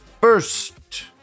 first